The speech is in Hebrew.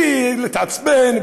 בלי להתעצבן,